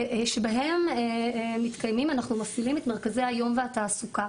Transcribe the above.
שבהם אנחנו מפעילים את מרכזי היום והתעסוקה.